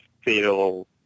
fatal